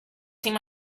seen